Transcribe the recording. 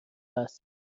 است